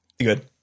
good